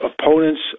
opponents